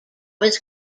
was